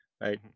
right